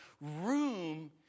room